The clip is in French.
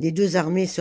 les deux armées